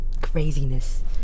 craziness